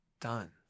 done